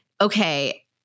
okay